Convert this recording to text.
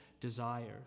desires